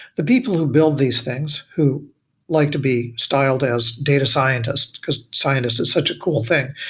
the people who build these things who like to be styled as data scientist, because scientist is such a cool thing,